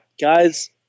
guys